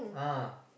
ah